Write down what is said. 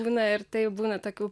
būna ir taip būna tokių